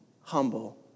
Humble